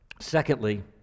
Secondly